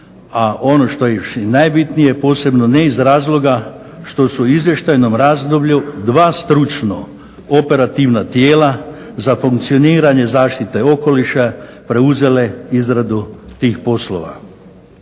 a ono što je još i najbitnije posebno ne iz razloga što su u izvještajnom razdoblju dva stručno operativna tijela za funkcioniranje zaštite okoliša preuzele izradu tih poslova.